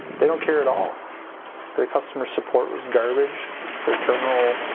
they don't care at all the customer support was garbage their terminal